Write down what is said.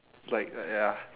like like ya